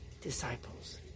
disciples